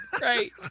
Right